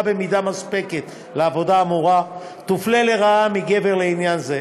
במידה מספקת לעבודה האמורה תופלה לרעה לעניין זה.